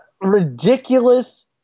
ridiculous